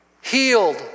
healed